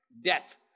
Death